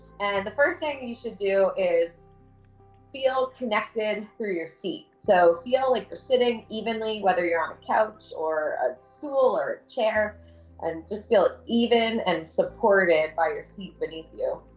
and and the first thing you should do is feel connected through your seat. so, feel like you're sitting evenly, whether you're on a couch or a stool or a chair and just feel even and supported by your seat beneath you.